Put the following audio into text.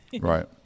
Right